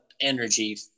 energy